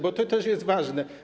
Bo to też jest ważne.